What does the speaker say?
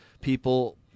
people